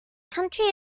country